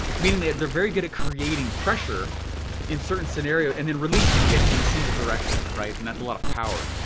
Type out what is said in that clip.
meaning yet they're very good at creating pressure in certain scenarios, and then releasing it in a single direction, right, and that's a lot of power.